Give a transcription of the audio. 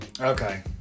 Okay